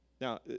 Now